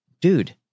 dude